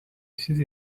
چیزی